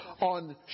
on